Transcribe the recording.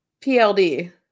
pld